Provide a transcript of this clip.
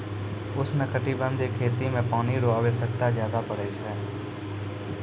उष्णकटिबंधीय खेती मे पानी रो आवश्यकता ज्यादा पड़ै छै